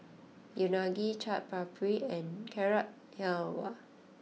Unagi Chaat Papri and Carrot Halwa